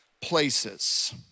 places